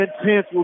Intense